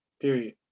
period